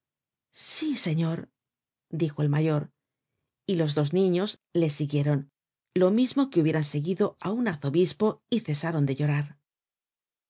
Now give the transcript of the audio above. si señor dijo el mayor y los dos niños le siguieron lo mismo que hubieran seguido á un arzobispo y cesaron de llorar